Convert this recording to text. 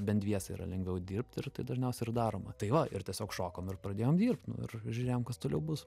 bent dviese yra lengviau dirbt ir tai dažniausiai ir daroma tai va ir tiesiog šokom ir pradėjom dirbt nu ir ir žiūrėjom kas toliau bus